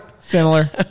Similar